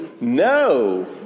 No